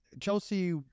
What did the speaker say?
Chelsea